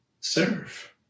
serve